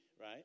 right